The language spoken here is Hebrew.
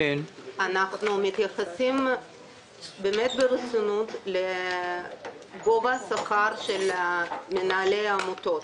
אנחנו מתייחסים באמת ברצינות לגובה השכר של מנהלי העמותות.